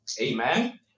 Amen